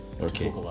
okay